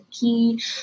key